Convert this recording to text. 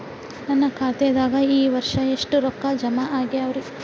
ನನ್ನ ಖಾತೆದಾಗ ಈ ವರ್ಷ ಎಷ್ಟು ರೊಕ್ಕ ಜಮಾ ಆಗ್ಯಾವರಿ?